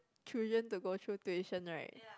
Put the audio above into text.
children to go through tuition right